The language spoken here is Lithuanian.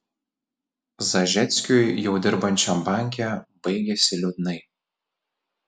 zažeckiui jau dirbančiam banke baigėsi liūdnai